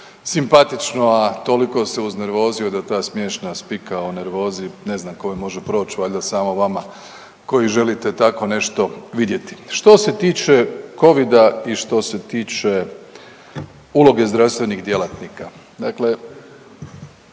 simpatično, a toliko se uznervozio da ta smiješna spika o nervozi ne znam kome može proći, valjda samo vama koji želite tako nešto vidjeti. Što se tiče Covida i što se tiče uloge zdravstvenih djelatnika,